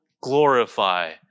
glorify